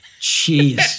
Jeez